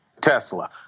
Tesla